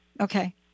Okay